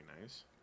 nice